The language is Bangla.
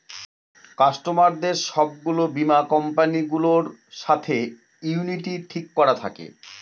কাস্টমারদের সব গুলো বীমা কোম্পানি গুলোর সাথে ইউনিটি ঠিক করা থাকে